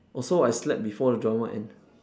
oh so I slept before the drama end